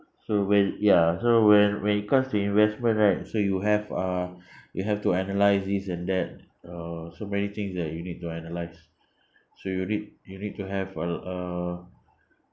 so when ya so when when it comes to investment right so you have uh you have to analyze this and that uh so many things that you need to analyze so you need you need to have a l~ a